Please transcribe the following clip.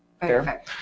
Fair